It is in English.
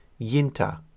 Yinta